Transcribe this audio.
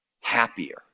happier